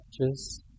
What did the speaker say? touches